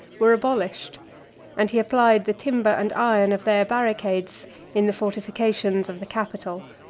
were abolished and he applied the timber and iron of their barricades in the fortifications of the capitol.